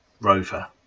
rover